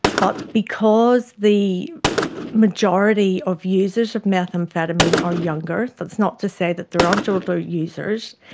but because the majority of users of methamphetamine are younger, that's not to say that there aren't older users,